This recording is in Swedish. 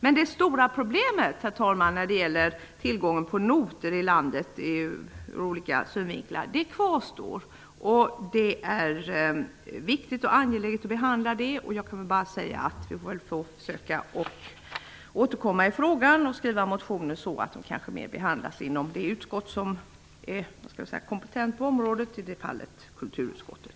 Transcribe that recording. Det stora problemet, herr talman, när det gäller tillgången på noter i landet kvarstår. Det är viktigt och angeläget att behandla det problemet. Vi får väl försöka återkomma i frågan genom att väcka motioner som kanske kan behandlas inom det utskott som är kompetent på området, dvs. i detta fall kulturutskottet.